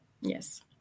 Yes